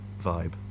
vibe